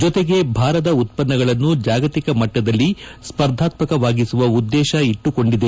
ಜತೆಗೆ ಭಾರದ ಉತ್ಪನ್ನಗಳನ್ನು ಜಾಗತಿಕ ಮಟ್ಟದಲ್ಲಿ ಸ್ಪರ್ಧಾತ್ಮಕವಾಗಿಸುವ ಉದ್ದೇಶ ಇಟ್ಟುಕೊಂಡಿದೆ